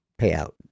payout